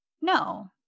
No